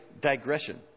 digression